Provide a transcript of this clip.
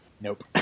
Nope